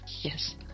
yes